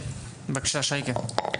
אנחנו אומרים שיש ילדים שיכולים להתגבר,